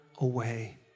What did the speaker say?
away